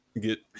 get